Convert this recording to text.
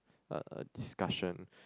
a a discussion